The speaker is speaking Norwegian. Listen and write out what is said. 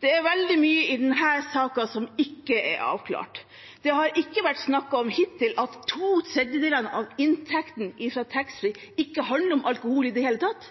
Det er veldig mye i denne saken som ikke er avklart. Det har hittil ikke vært snakket om at to tredjedeler av inntektene fra taxfree-salget ikke handler om alkohol i det hele tatt.